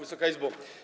Wysoka Izbo!